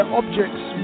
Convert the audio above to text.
objects